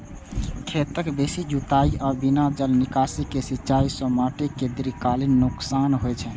खेतक बेसी जुताइ आ बिना जल निकासी के सिंचाइ सं माटि कें दीर्घकालीन नुकसान होइ छै